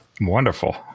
Wonderful